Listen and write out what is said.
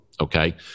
Okay